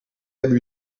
hebben